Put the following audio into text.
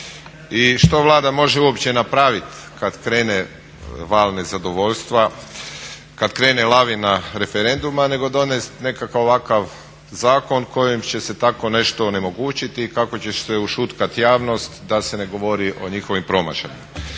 I što Vlada može uopće napraviti kad krene val nezadovoljstva, kad krene lavina referenduma nego donest nekakav ovakav zakon kojim će se tako nešto onemogućiti i kako će se ušutkati javnost da se ne govori o njihovim promašajima.